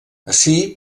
ací